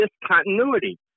discontinuity